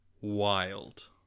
wild